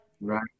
Right